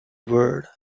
word